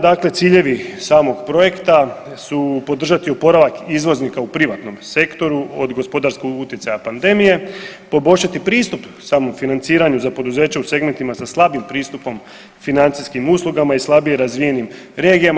Dakle, ciljevi samog projekta su podržati oporavak izvoznika u privatnom sektoru od gospodarskog utjecaja pandemije, poboljšati pristup samom financiranju za poduzeća u segmentima sa slabim pristupom financijskim uslugama i slabije razvijenim regijama.